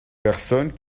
personnes